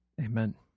amen